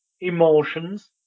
emotions